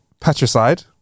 patricide